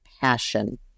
passion